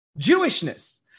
Jewishness